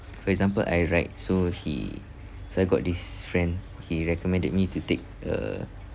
for example I ride so he so I got this friend he recommended me to take uh